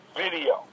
video